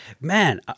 man